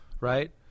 right